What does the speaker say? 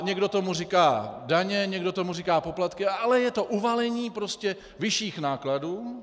Někdo tomu říká daně, někdo tomu říká poplatky, ale je to uvalení prostě vyšších nákladů.